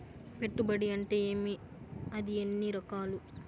పెట్టుబడి అంటే ఏమి అది ఎన్ని రకాలు